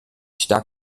stark